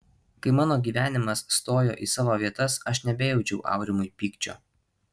kai mano gyvenimas stojo į savo vietas aš nebejaučiau aurimui pykčio